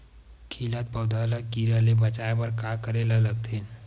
खिलत पौधा ल कीरा से बचाय बर का करेला लगथे?